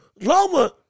Loma